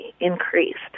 increased